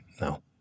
no